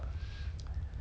this kind of thing